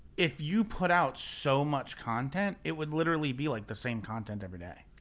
if you put out so much content, it would literally be like the same content every day.